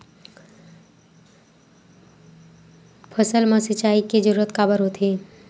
फसल मा सिंचाई के जरूरत काबर होथे?